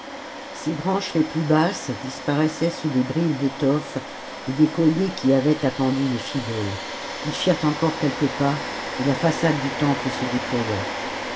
ses branches les plus basses disparaissaient sous des bribes d'étoffes et descolliers qu'y avaientappendus les fidèles lis firent encore quelques pas et la façade du temple se déploya